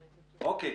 אוקיי.